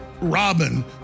Robin